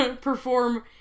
perform